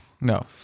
No